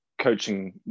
coaching